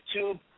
YouTube